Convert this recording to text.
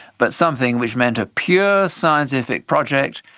but something which meant a pure scientific project,